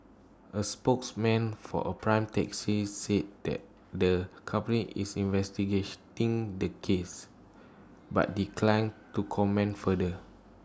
A spokesman for A prime taxi said that the company is the case but declined to comment further